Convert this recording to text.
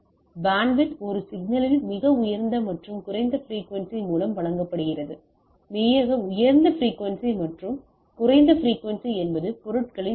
எனவே பேண்ட்வித் ஒரு சிக்னலில் மிக உயர்ந்த மற்றும் குறைந்த பிரிக்குவென்சி மூலம் வழங்கப்படுகிறது மிக உயர்ந்த பிரிக்குவென்சி மற்றும் குறைந்த பிரிக்குவென்சி என்பது பொருட்களின் அளவு